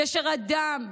קשר הדם,